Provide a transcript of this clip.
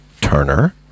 Turner